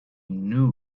knew